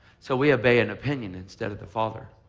so we obey an opinion instead of the father.